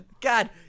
God